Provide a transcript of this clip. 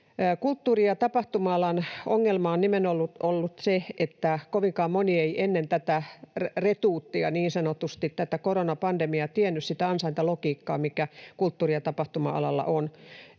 Kulttuuri- ja tapahtuma-alan ongelma on nimenomaan ollut se, että kovinkaan moni ei ennen tätä niin sanotusti retuuttia, tätä koronapandemiaa, tiennyt sitä ansaintalogiikkaa, mikä kulttuuri- ja tapahtuma-alalla on,